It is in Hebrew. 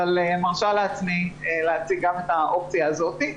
אבל מרשה לעצמי להציג גם את האופציה הזאת.